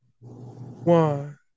one